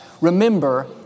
remember